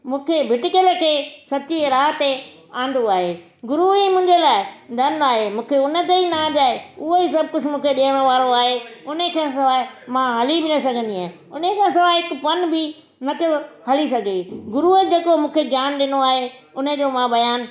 मूंखे भटिकियल खे सची राह ते आंदो आहे गुरू ई मुंहिंजे लाइ धन आहे मूंखे उन ते ई नाज़ आहे उहो ई सभु कुझु मूंखे ॾियण वारो आहे उन खे सवाइ मां हली बि न सघंदी आहियां उन खे सवाइ हिकु पंधि बि नथो हली सघे गुरूअ जेको मूंखे ज्ञान ॾिनो आहे उनजो मां बयानु